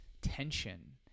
tension